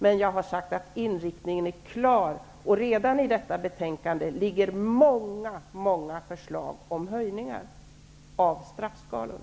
Men inriktningen är klar. Redan i detta betänkande finns många förslag om höjningar av straffskalor.